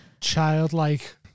childlike